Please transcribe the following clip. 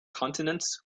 continents